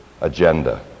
agenda